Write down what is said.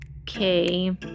Okay